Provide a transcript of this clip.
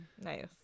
Nice